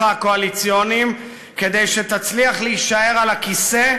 הקואליציוניים כדי שתצליח להישאר על הכיסא,